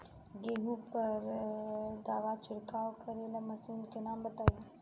गेहूँ पर दवा छिड़काव करेवाला मशीनों के नाम बताई?